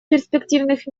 перспективных